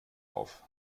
auf